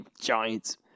Giants